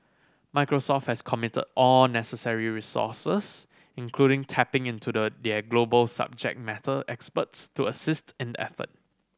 Microsoft has committed all necessary resources including tapping into the their global subject matter experts to assist in the effort